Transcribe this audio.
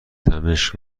تمشک